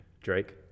Drake